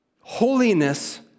holiness